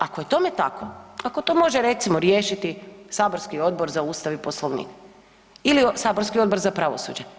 Ako je tome tako, kako to može recimo riješiti saborski Odbor za Ustav i Poslovnik ili saborski Odbor za pravosuđe.